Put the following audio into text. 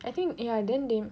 I think ya then they